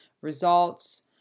results